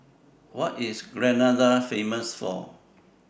What IS Grenada Famous For